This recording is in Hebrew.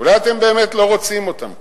אולי אתם באמת לא רוצים אותם כאן.